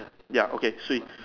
ya okay sweet